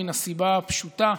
מן הסיבה הפשוטה: